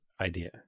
Idea